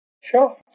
Sure